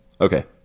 Okay